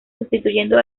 sustituyendo